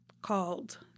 called